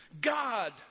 God